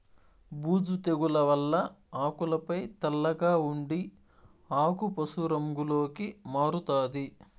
బూజు తెగుల వల్ల ఆకులపై తెల్లగా ఉండి ఆకు పశు రంగులోకి మారుతాది